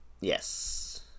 Yes